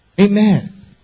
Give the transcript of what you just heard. Amen